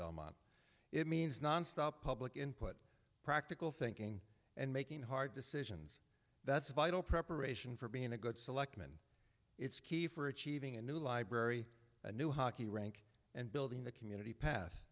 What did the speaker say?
belmont it means nonstop public input practical thinking and making hard decisions that's vital preparation for being a good selectman it's key for achieving a new library a new hockey rink and building the community pa